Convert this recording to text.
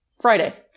Friday